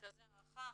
מרכזי הערכה,